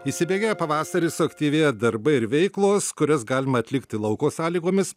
įsibėgėja pavasaris suaktyvėja darbai ir veiklos kurias galima atlikti lauko sąlygomis